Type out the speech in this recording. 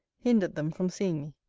hindered them from seeing me.